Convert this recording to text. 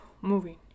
moving